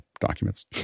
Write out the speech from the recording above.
documents